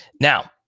Now